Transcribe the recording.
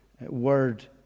Word